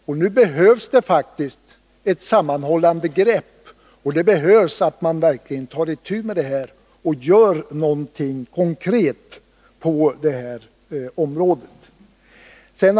Och nu behövs det faktiskt ett samordnande grepp, och det krävs att man verkligen gör någonting konkret på det här området.